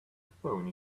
phone